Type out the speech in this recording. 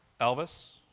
Elvis